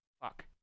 Fuck